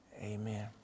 Amen